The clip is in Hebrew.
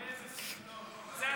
איזה סגנון, בושה וחרפה.